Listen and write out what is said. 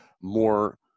more